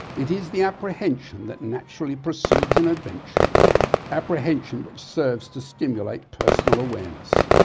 it is the apprehension that naturally precedes an adventure apprehension which serves to stimulate personal awareness.